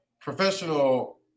professional